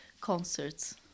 concerts